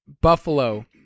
Buffalo